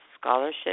scholarship